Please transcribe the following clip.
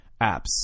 apps